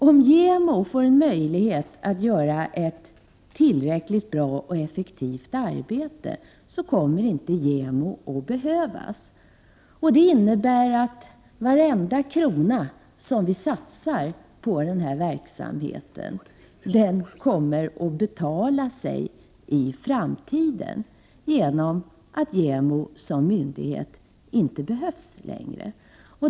Om JämO får en möjlighet att göra ett tillräckligt bra och effektivt arbete kommer inte JämO att behövas. Det innebär att varenda krona som vi satsar på den här verksamheten kommer att betala sig i framtiden genom att JämO som myndighet inte behövs längre.